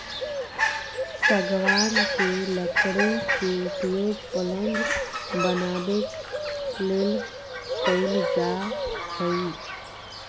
सागवान के लकड़ी के उपयोग पलंग बनाबे ले कईल जा हइ